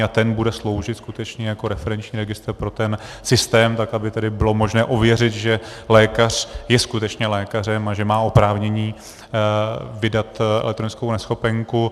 A ten bude sloužit skutečně jako referenční registr pro ten systém tak, aby bylo možné ověřit, že lékař je skutečně lékařem a že má oprávnění vydat elektronickou neschopenku.